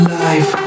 life